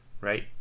right